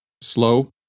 slow